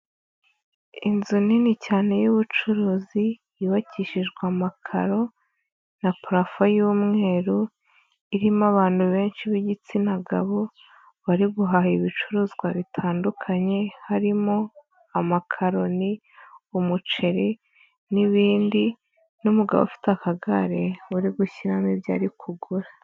Inzu nini cyane y'ubucuruzi, yubakishijwe amakaro, na parafo y'umweru, irimo abantu benshi b'igitsina gabo, bari guhaha ibicuruzwa bitandukanye, harimo amakaroni, umuceri n'ibindi, n'umugabo ufite akagare uri gushyiramo ibyo ari kugura.